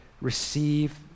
Receive